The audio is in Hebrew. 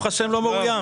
ברוך השם לא מאוים,